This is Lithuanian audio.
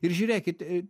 ir žiūrėkit